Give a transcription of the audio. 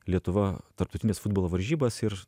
lietuva tarptautines futbolo varžybas ir